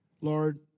Lord